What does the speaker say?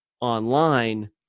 online